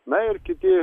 na ir kiti